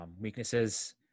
Weaknesses